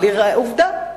עובדה.